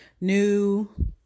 new